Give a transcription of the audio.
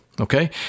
Okay